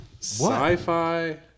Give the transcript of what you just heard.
sci-fi